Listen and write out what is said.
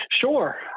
Sure